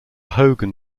hogan